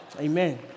Amen